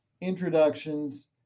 introductions